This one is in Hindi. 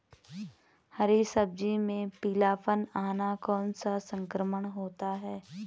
हरी सब्जी में पीलापन आना कौन सा संक्रमण होता है?